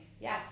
yes